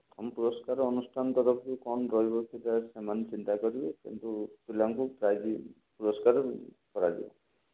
ପ୍ରଥମ ପୁରସ୍କାର ଅନୁଷ୍ଠାନ ତରଫରୁ କ'ଣ ରହିବ ସେଇଟା ସେମାନେ ଚିନ୍ତା କରିବେ କିନ୍ତୁ ପିଲାଙ୍କୁ ପ୍ରାଇଜ୍ ପୁରସ୍କାର କରାଯିବ